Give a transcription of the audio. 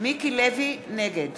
נגד